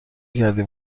کردی